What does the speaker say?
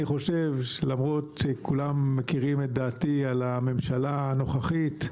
למרות שכולם מכירים את דעתי על הממשלה הנוכחית,